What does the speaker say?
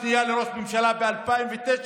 מ-8 מיליארד שקל עודף תוך שנה וחצי,